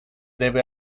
debe